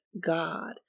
God